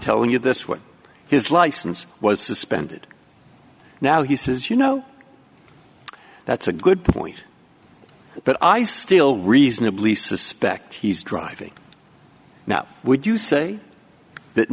telling you this what his license was suspended now he says you know that's a good point but i still reasonably suspect he's driving now would you say that